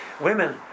Women